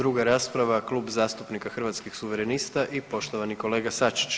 Druga rasprava Klub zastupnika Hrvatskih suverenista i poštovani kolega Sačić.